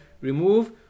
remove